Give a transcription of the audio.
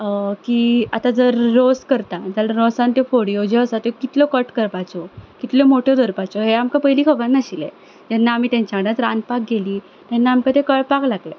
की आतां जर रोस करता जाल्यार रोसांत त्यो फोड्यो ज्यो आसा त्यो कितल्यो कट करपाच्यो कितल्यो मोठ्यो दरपाच्यो हें आमकां पयलीं खबर नाशिल्लें जेन्ना आमी तेंच्या वांगडा रांदपाक गेलीं तेन्ना आमकां तें कळपाक लागलें